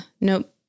nope